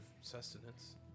sustenance